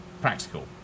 practical